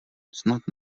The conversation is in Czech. snad